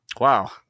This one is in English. Wow